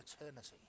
eternity